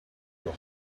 your